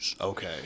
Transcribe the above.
Okay